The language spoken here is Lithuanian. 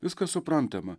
viskas suprantama